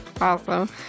awesome